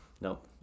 Nope